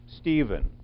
Stephen